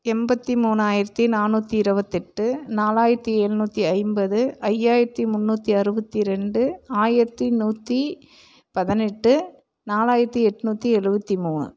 எண்பத்தி மூணாயிரத்து நானூற்றி இருபத்தெட்டு நாலாயிரத்து எழுநூத்தி ஐம்பது ஐயாயிரத்து முன்னூற்றி அறுபத்தி ரெண்டு ஆயிரத்து நூற்றி பதினெட்டு நாலாயிரத்து எட்நூற்றி எழுவத்தி மூணு